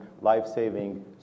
life-saving